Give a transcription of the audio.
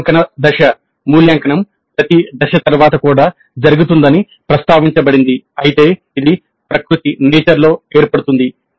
మూల్యాంకన దశ "మూల్యాంకనం" ప్రతి దశ తర్వాత కూడా జరుగుతుందని ప్రస్తావించబడింది అయితే ఇది ప్రకృతిలో ఏర్పడుతుంది